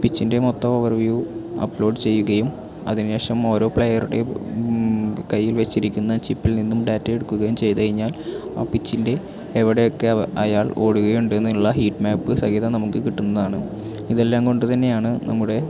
പിച്ചിൻ്റെ മൊത്തവും overview upload ചെയ്യുകയും അതിനുശേഷം ഓരോ പ്ലേയറുടെയും കയ്യിൽ വെച്ചിരിക്കുന്ന ചിപ്പിൽ നിന്നും ഡാറ്റാ എടുക്കുകയും ചെയ്തു കഴിഞ്ഞാൽ ആ പിച്ചിൻ്റെ എവിടെയൊക്കെ അയാൾ ഓടുകയുണ്ട് എന്നുള്ള ഹീറ്റ് മാപ്പ് സഹിതം നമുക്ക് കിട്ടുന്നതാണ് ഇതെല്ലാം കൊണ്ടു തന്നെയാണ് നമ്മുടെ